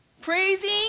praising